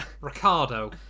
Ricardo